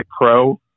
pro